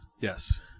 yes